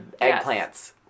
Eggplants